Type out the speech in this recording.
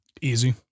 Easy